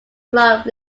club